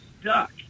stuck